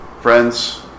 friends